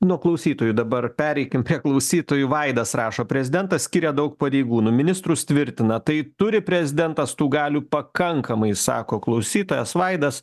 nuo klausytojų dabar pereikim prie klausytojų vaidas rašo prezidentas skiria daug pareigūnų ministrus tvirtina tai turi prezidentas tų galių pakankamai sako klausytojas vaidas